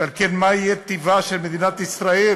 ועל כן, מה יהיה טיבה של מדינת ישראל